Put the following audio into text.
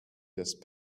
just